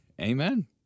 Amen